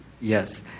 Yes